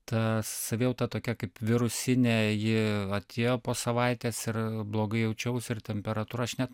ta savijauta tokia kaip virusinė ji atėjo po savaitės ir blogai jaučiaus ir temperatūra aš net